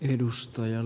edustajan